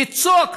לצעוק,